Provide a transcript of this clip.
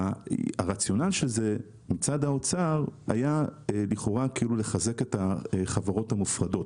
הרציונל של זה מצד האוצר היה לכאורה לחזק את החברות המופרדות